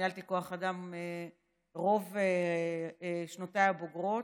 ניהלתי כוח אדם רוב שנותיי הבוגרות,